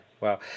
Wow